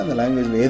language